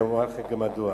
אני אומר לכם גם מדוע.